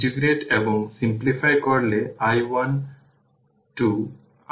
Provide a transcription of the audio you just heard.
এটি আসলে voltage v 2 যার মানে এইগুলি জুড়ে ভোল্টেজ v 2 তাই KVL প্রয়োগ করা হলে এটি হবে v v 1 প্লাস v 2